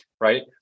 right